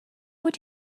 would